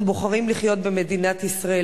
אנחנו בוחרים לחיות במדינת ישראל,